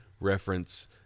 reference